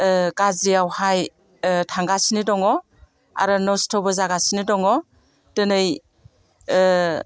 गाज्रियावहाय थांगासिनो दङ आरो नस्थ'बो जागासिनो दङ दिनै